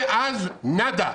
מאז נאדה.